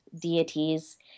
deities